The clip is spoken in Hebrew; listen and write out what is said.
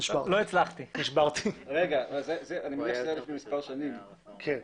אישור אלא לאחר שנותן האישור נתן אישור לרישיון ובהתאם